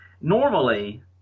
normally